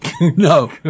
no